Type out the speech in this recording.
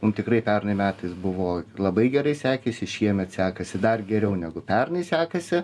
mum tikrai pernai metais buvo labai gerai sekėsi šiemet sekasi dar geriau negu pernai sekasi